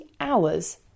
hours